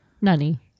nani